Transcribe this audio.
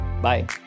Bye